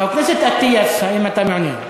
חבר הכנסת אטיאס, האם אתה מעוניין?